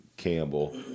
Campbell